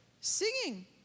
singing